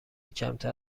کمتر